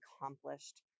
accomplished